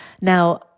Now